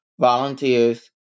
volunteers